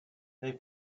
they